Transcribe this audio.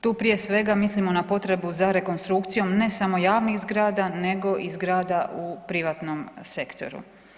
Tu prije svega mislimo na potrebu za rekonstrukcijom ne samo javnih zgrada nego i zgrada u privatnom sektoru.